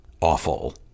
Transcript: awful